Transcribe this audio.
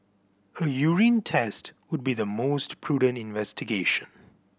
a urine test would be the most prudent investigation